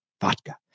vodka